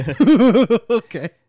okay